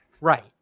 Right